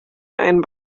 einen